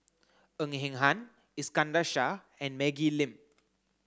Ng Eng Hen Iskandar Shah and Maggie Lim